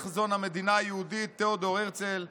חזון המדינה היהודית תיאודור הרצל והכריז,